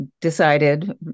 decided